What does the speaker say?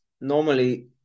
normally